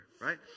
Right